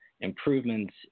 improvements